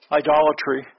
idolatry